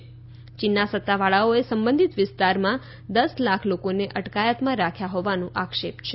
યીનના સત્તાવાળાઓએ સંબંધિત વિસ્તારમાં દસ લાખ લોકોને અટકાયતમાં રાખ્યા હોવાના આક્ષેપ છે